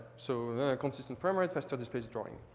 so consistent frame rate. faster display drawing.